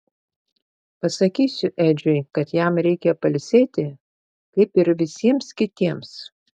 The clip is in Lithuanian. pasakysiu edžiui kad jam reikia pailsėti kaip ir visiems kitiems